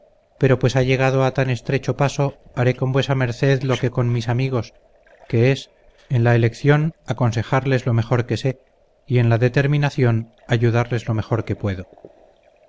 pero pues ha llegado a tan estrecho paso haré con vuesa merced lo que con mis amigos que es en la elección aconsejarles lo mejor que sé y en la determinación ayudarles lo mejor que puedo